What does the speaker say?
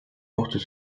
portent